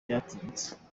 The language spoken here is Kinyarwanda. byatinze